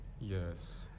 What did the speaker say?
Yes